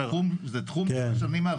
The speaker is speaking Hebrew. זה תחום של השנים האחרונות.